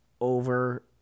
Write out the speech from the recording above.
over